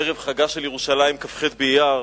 ערב חגה של ירושלים, כ"ח באייר,